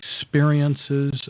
experiences